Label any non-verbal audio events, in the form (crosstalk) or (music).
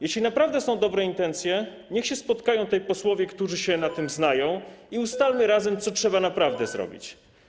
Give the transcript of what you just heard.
Jeśli naprawdę są dobre intencje, niech się spotkają tutaj posłowie, którzy się na tym znają, (noise) i ustalmy razem, co trzeba naprawdę zrobić.